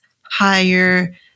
higher